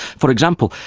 for example,